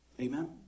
Amen